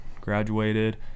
graduated